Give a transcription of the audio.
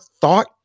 thought